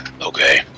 Okay